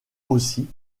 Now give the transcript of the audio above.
aussi